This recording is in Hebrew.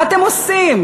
מה אתם עושים?